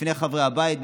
בפני חברי הבית,